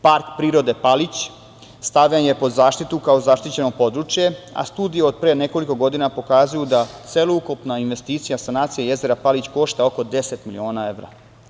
Park prirode Palić stavljen je pod zaštitu kao zaštićeno područje, a studije od pre nekoliko godina pokazuju da sveukupna investicija sanacije jezera Palić košta oko 10 milina evra.